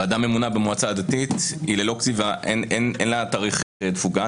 ועדה ממונה במועצה הדתית אין לה תאריך תפוגה.